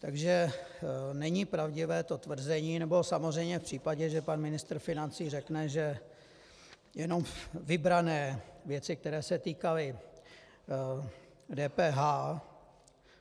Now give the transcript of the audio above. Takže není pravdivé to tvrzení, nebo samozřejmě v případě, že pan ministr financí řekne, že jenom vybrané věci, které se týkaly DPH